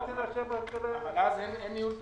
אז אין ניהול תקין,